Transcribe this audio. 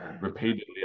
repeatedly